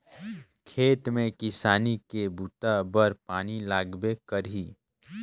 खेत में किसानी के बूता बर पानी लगबे करही